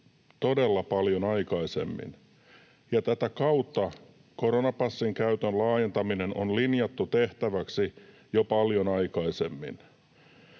todella paljon aikaisemmin, ja tätä kautta koronapassin käytön laajentaminen on linjattu tehtäväksi jo paljon aikaisemmin.